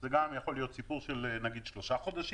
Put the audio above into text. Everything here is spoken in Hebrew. וזה גם יכול להיות סדר גודל של שלושה חודשים,